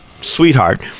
sweetheart